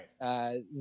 Right